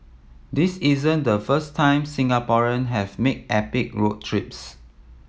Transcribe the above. this isn't the first time Singaporean have made epic road trips